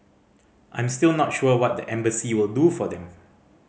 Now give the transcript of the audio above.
I'm still not sure what the embassy will do for them